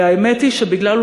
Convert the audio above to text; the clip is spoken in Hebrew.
האמת היא שבגלל,